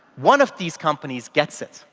one of these companies gets it,